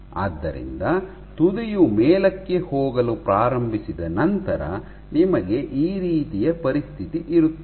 ಆದ್ದರಿಂದ ತುದಿಯು ಮೇಲಕ್ಕೆ ಹೋಗಲು ಪ್ರಾರಂಭಿಸಿದ ನಂತರ ನಿಮಗೆ ಈ ರೀತಿಯ ಪರಿಸ್ಥಿತಿ ಇರುತ್ತದೆ